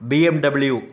BMW